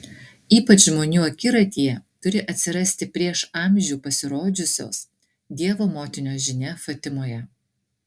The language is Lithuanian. ypač žmonių akiratyje turi atsirasti prieš amžių pasirodžiusios dievo motinos žinia fatimoje